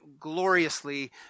Gloriously